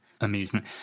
amusement